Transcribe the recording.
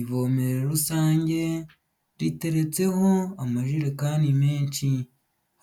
Ivomere rusange, riteretseho amajerekani menshi.